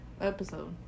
episode